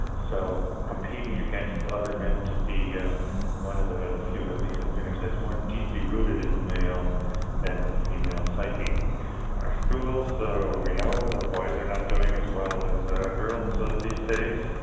so competing against other men to be ah one of the the few elite and winners, that's more deeply rooted in the male than in the female psyche our schools, so we know the boys are not doing as well as the girls these days.